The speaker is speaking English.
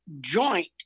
joint